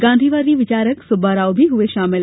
गांधीवादी विचारक सुब्बाराव भी हुए शामिल